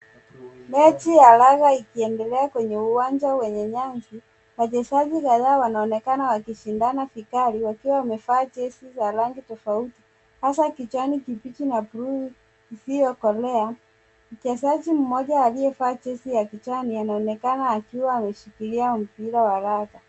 Mechi ya raga ikiendelea kwenye uwanja wenye nyasi. Wachezaji kadhaa wanaonekana wakishindana vikali wakiwa wamevaa jezi za rangi tofauti hasa kijani kibichi na bluu isiyokolea. Mchezaji mmoja aliyevaa jezi ya kijani anaonekana akishikilia mpira wa raga.